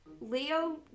Leo